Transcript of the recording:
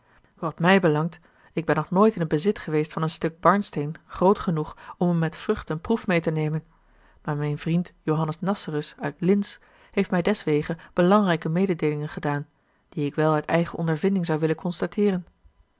wat mij belangt ik ben nog nooit in t bezit geweest van een stuk barnsteen groot genoeg om er met vrucht eene proef meê te nemen maar mijn vriend johannes nasserus uit lintz heeft mij deswege belangrijke mededeelingen gedaan die ik wel uit eigen ondervinding zou willen constateeren